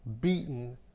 beaten